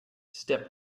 step